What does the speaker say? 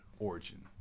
origin